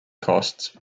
costs